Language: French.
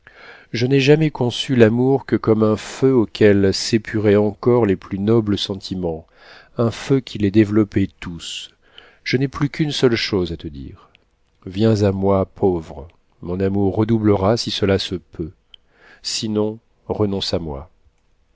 je n'ai jamais conçu l'amour que comme un feu auquel s'épuraient encore les plus nobles sentiments un feu qui les développait tous je n'ai plus qu'une seule chose à te dire viens à moi pauvre mon amour redoublera si cela se peut sinon renonce à moi